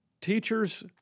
teachers